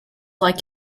like